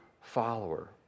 follower